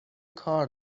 کار